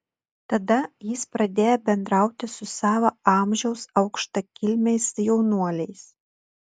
tada jis pradėjo bendrauti su savo amžiaus aukštakilmiais jaunuoliais